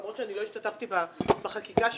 למרות שאני לא השתתפתי בחקיקה שלו,